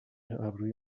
ابروی